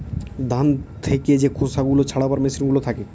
ধান থেকে যে খোসা গুলা ছাড়াবার মেসিন গুলা থাকে